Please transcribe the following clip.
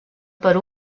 per